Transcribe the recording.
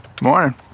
Morning